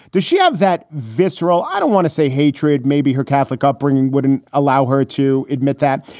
does she have that visceral. i don't want to say hatred. maybe her catholic upbringing wouldn't allow her to admit that.